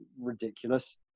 ridiculous